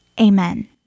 Amen